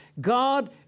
God